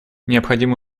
необходимо